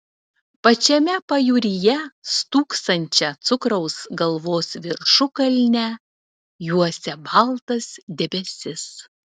pačiame pajūryje stūksančią cukraus galvos viršukalnę juosia baltas debesis